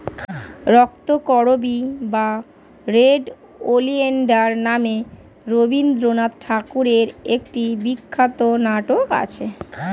রক্তকরবী বা red oleander নামে রবিন্দ্রনাথ ঠাকুরের একটি বিখ্যাত নাটক আছে